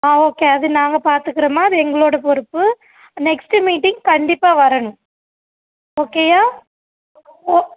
ஆ okay அது நாங்கள் பார்த்துக்குறோம்மா அது எங்களோடய பொறுப்பு நெக்ஸ்ட்டு மீட்டிங் கண்டிப்பாக வரணும் ஓகேயா ஒ